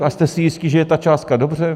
A jste si jistí, že je ta částka dobře?